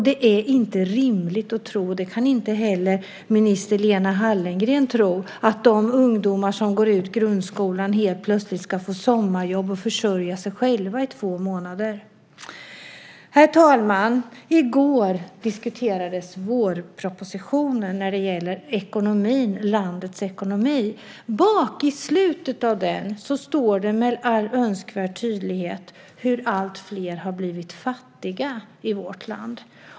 Det är inte rimligt att tro - det kan inte heller minister Lena Hallengren tro - att de ungdomar som går ut grundskolan ska få sommarjobb och försörja sig själva i två månader. Herr talman! I går diskuterades vårpropositionen när det gäller landets ekonomi. I slutet av den står det tydligt att alltfler har blivit fattiga i vårt land.